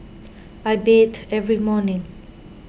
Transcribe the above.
I bathe every morning